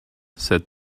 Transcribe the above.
said